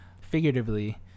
figuratively